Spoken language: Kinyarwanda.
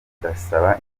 ndasaba